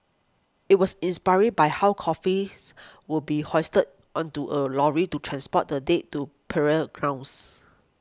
it was inspired by how coffins would be hoisted onto a lorry to transport the date to burial grounds